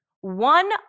one